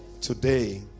today